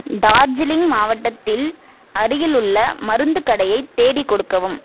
டார்ஜிலிங் மாவட்டத்தில் அருகிலுள்ள மருந்துக் கடையை தேடி கொடுக்கவும்